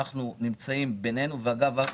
ואגב,